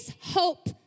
hope